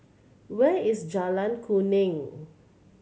where is Jalan Kuning